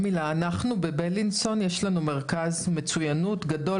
בבלינסון יש לנו מרכז מצוינות גדול,